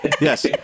yes